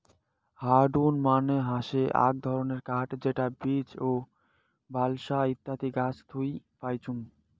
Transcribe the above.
hardwood মানে হসে আক ধরণের কাঠ যেটা বীচ, বালসা ইত্যাদি গাছ থুই পাইচুঙ